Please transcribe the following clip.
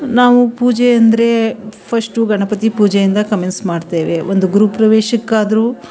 ನಾವು ಪೂಜೆ ಅಂದರೆ ಫಸ್ಟು ಗಣಪತಿ ಪೂಜೆಯಿಂದ ಮಾಡ್ತೇವೆ ಒಂದು ಗೃಹ ಪ್ರವೇಶಕ್ಕಾದ್ರೂ